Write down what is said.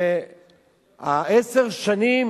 שעשר שנים